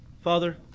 Father